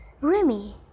Remy